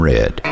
Red